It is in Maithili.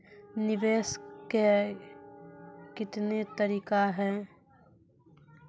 निवेश के कितने तरीका हैं?